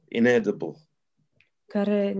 inedible